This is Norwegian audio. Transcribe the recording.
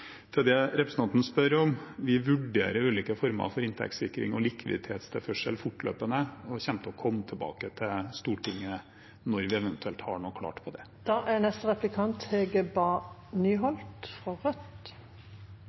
Til det representanten spør om: Vi vurderer ulike former for inntektssikring og likviditetstilførsel fortløpende og vil komme tilbake til Stortinget når vi eventuelt har noe klart.